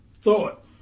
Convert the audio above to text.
thought